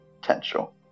potential